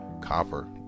copper